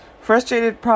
Frustrated